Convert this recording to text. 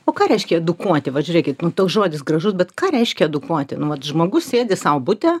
o ką reiškia edukuoti vat žiūrėkit toks žodis gražus bet ką reiškia edukuoti nu vat žmogus sėdi sau bute